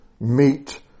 meet